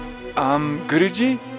Guruji